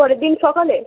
পরের দিন সকালে